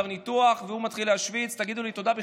הניתוח ומתחיל להשוויץ: תגידו לי תודה,